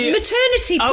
Maternity